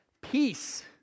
Peace